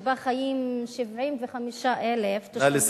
שבה חיים 75,000 תושבים,